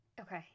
okay